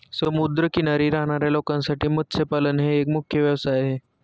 समुद्र किनारी राहणाऱ्या लोकांसाठी मत्स्यपालन एक मुख्य व्यवसाय आहे